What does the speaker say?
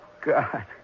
God